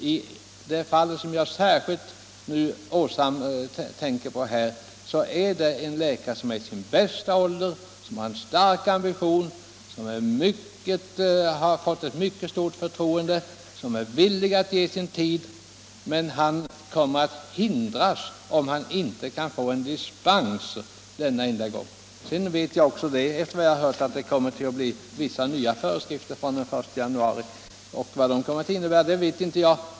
I det fall som jag särskilt tänker på rör det sig om en läkare som är i sin bästa ålder, som har en stark ambition, som har fått mycket förtroende och som är villig att ge sin tid. Men han kommer att hindras att arbeta om han inte kan få dispens denna enda gång. Vidare har jag hört att det kommer att bli vissa nya föreskrifter från den 1 januari. Jag vet inte vad de kommer att innebära.